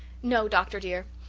no, doctor, dear,